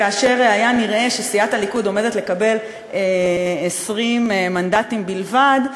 כאשר היה נראה שסיעת הליכוד עומדת לקבל 20 מנדטים בלבד,